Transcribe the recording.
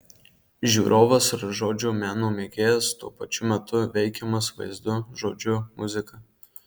žiūrovas ar žodžio meno mėgėjas tuo pačiu metu veikiamas vaizdu žodžiu muzika